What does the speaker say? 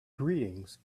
greetings